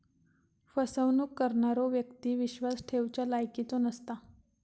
फसवणूक करणारो व्यक्ती विश्वास ठेवच्या लायकीचो नसता